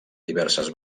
diverses